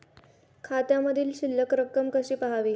खात्यामधील शिल्लक रक्कम कशी पहावी?